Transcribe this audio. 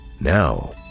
Now